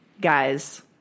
Guys